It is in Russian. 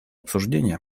обсуждения